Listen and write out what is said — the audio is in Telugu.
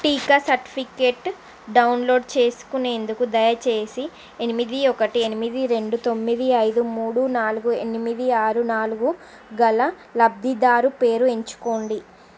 టీకా సర్టిఫికేట్ డౌన్లోడ్ చేసుకునేందుకు దయచేసి ఎనిమిది ఒకటి ఎనిమిది రెండు తొమ్మిది ఐదు మూడు నాలుగు ఎనిమిది ఆరు నాలుగు గల లబ్ధిదారు పేరు ఎంచుకోండి